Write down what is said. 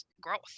growth